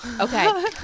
Okay